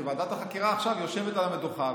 כי ועדת החקירה יושבת עכשיו על המדוכה,